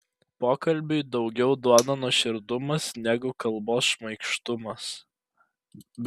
pokalbiui daugiau duoda nuoširdumas negu kalbos šmaikštumas